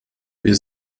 wir